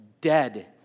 dead